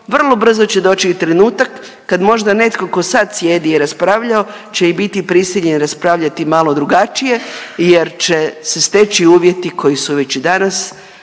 vrlo brzo će doći trenutak kad možda netko ko sad sjedi i raspravljao će i biti prisiljen raspravljati malo drugačije jer će se steći uvjeti koji su već i danas